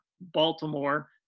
Baltimore